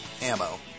ammo